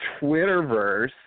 Twitterverse